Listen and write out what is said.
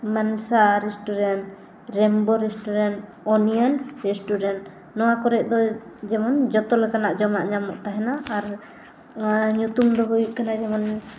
Mansa restaurant Rainbow restaurant Onion restaurant ᱱᱚᱣᱟ ᱠᱚᱨᱮ ᱫᱚ ᱡᱮᱢᱚᱱ ᱡᱚᱛᱚ ᱞᱮᱠᱟᱱᱟᱜ ᱡᱚᱢᱟᱜ ᱧᱟᱢᱚᱜ ᱛᱟᱦᱮᱱᱟ ᱟᱨ ᱱᱚᱣᱟ ᱧᱩᱛᱩᱢ ᱫᱚ ᱦᱩᱭᱩᱜ ᱠᱟᱱᱟ ᱡᱮᱢᱚᱱ